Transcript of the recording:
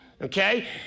Okay